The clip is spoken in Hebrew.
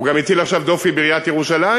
הוא גם הטיל עכשיו דופי בעיריית ירושלים,